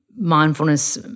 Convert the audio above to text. mindfulness